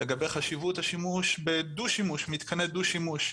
לגבי חשיבות השימוש במתקני הדו שימוש.